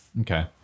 Okay